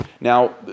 Now